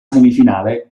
semifinale